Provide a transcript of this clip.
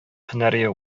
һөнәри